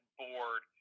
board